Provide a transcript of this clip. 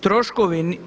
Troškovi.